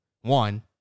One